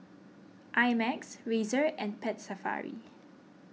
I Max Razer and Pet Safari